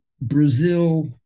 Brazil